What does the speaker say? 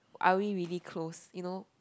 are we really close you know